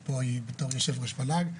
ופה היא בתור יושב-ראש מל"ג.